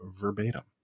verbatim